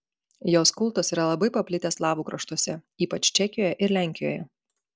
jos kultas yra labai paplitęs slavų kraštuose ypač čekijoje ir lenkijoje